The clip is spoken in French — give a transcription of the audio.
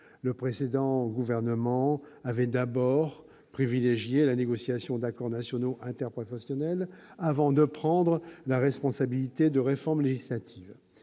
Le précédent gouvernement avait d'abord privilégié la négociation d'accords nationaux interprofessionnels, avant de prendre la responsabilité de réformes législatives.